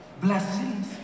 Blessings